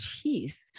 teeth